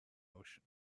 ocean